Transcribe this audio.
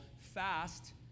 fast